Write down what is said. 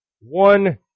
one